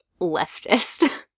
leftist